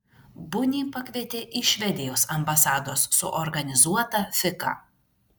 bunį pakvietė į švedijos ambasados suorganizuotą fiką